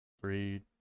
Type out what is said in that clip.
Three